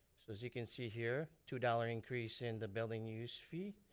so as you can see here, two dollars increase in the building use fee,